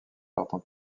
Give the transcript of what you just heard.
partent